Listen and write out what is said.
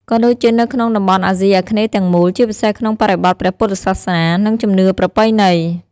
ក៏ដូចជានៅក្នុងតំបន់អាស៊ីអាគ្នេយ៍ទាំងមូល ជាពិសេសក្នុងបរិបទព្រះពុទ្ធសាសនា និងជំនឿប្រពៃណី។